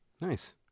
Nice